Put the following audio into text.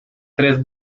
tres